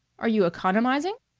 are you economizing?